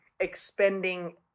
expending